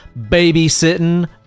babysitting